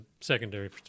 secondary